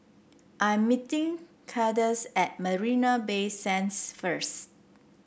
I'm meeting Kandace at Marina Bay Sands first